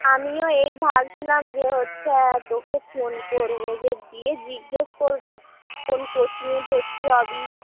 আমিও এই ভাবছিলাম যে হচ্ছে তোকে ফোন করবো যে দিয়ে জিজ্ঞেস করবো কোন কোচিংয়ে ভর্তি হবি